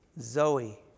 zoe